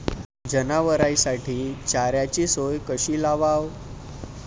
जनावराइसाठी चाऱ्याची सोय कशी लावाव?